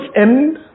end